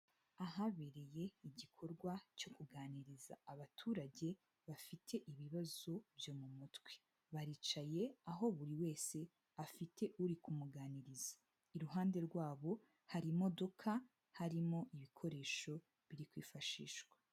Ahabereye igikorwa cyo kuganiriza abaturage bafite ibibazo byo mu mutwe, baricaye aho buri wese afite uri kumuganiriza, iruhande rwabo hari imodoka harimo ibikoresho biri kwifashishwa.